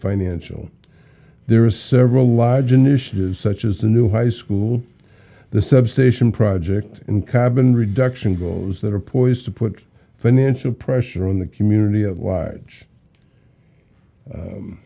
financial there are several large initiatives such as the new high school the substation project and cabin reduction goals that are poised to put financial pressure on the community